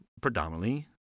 predominantly